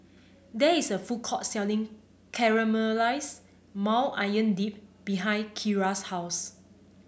there is a food court selling Caramelize Maui Onion Dip behind Kiera's house